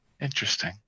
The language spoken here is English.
Interesting